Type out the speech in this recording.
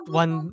one